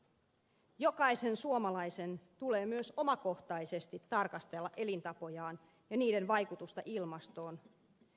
jokaisen suomalaisen tulee myös omakohtaisesti tarkastella elintapojaan ja niiden vaikutusta ilmastoon